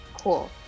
Cool